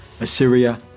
Assyria